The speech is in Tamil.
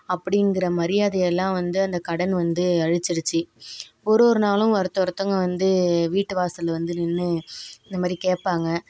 அப்டிங்கிற மரியாதைலாம் வந்து அந்த கடன் வந்து அழிச்சிடுச்சு ஒரு ஒரு நாளும் ஒருத்த ஒருத்தவங்க வந்து வீட்டு வாசலில் வந்து நின்று இந்த மாதிரி கேட் பாங்க